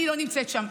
אני לא נמצאת שם.